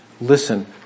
listen